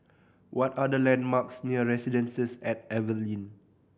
what are the landmarks near Residences at Evelyn